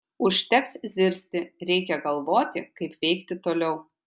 užteks zirzti reikia galvoti kaip veikti toliau